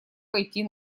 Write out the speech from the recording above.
пойти